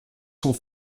sont